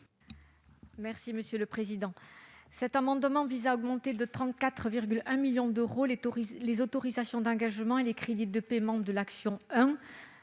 M. Michel Savin. Cet amendement vise à augmenter de 10 millions d'euros les autorisations d'engagement et les crédits de paiement de l'action n°